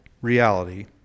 reality